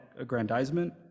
aggrandizement